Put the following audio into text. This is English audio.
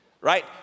right